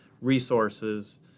resources